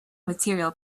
material